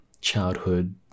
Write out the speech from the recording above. childhood